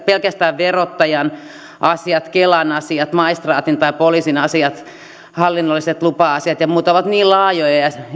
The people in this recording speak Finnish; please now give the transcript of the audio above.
pelkästään verottajan tai kelan asiat maistraatin tai poliisin asiat hallinnolliset lupa asiat ja muut ovat niin laajoja monisyisiä ja